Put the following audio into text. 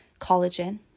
collagen